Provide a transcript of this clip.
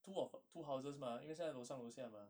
two of two houses mah 因为现在楼上楼下吗